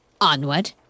Onward